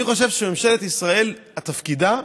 אני חושב שממשלת ישראל, תפקידה,